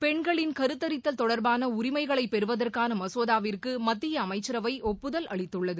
பெண்களின் கருத்தரித்தல் தொடர்பானஉரிமைகளைபெறுவதற்கானமசோதாவிற்குமத்தியஅமைச்சரவைஒப்புதல் அளித்துள்ளது